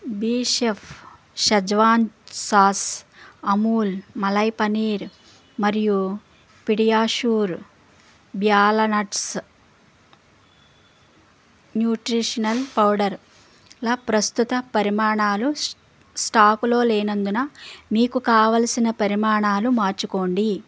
Bechef schezwan sauce Amul malai paneer మరియు PediaSure balanced nutritional పౌడర్ల ప్రస్తుత పరిమాణాలు స్టాకులో లేనందున మీకు కావలసిన పరిమాణాలు మార్చుకోండి